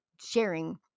sharing